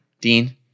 dean